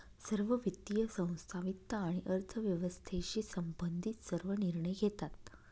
सर्व वित्तीय संस्था वित्त आणि अर्थव्यवस्थेशी संबंधित सर्व निर्णय घेतात